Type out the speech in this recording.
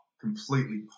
completely